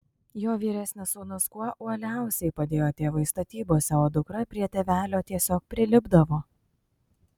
jo vyresnis sūnus kuo uoliausiai padėjo tėvui statybose o dukra prie tėvelio tiesiog prilipdavo